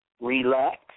Relax